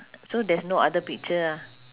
so there's no other picture ah